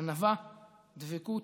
ענווה, דבקות,